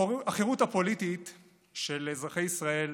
החירות הפוליטית של אזרחי ישראל